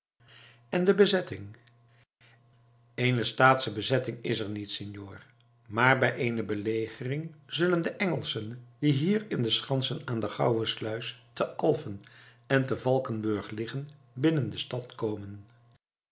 en de bezetting eene staatsche bezetting is er niet senor maar bij eene belegering zullen de engelschen die hier in de schansen aan de gouwesluis te alfen en te valkenburg liggen binnen de stad komen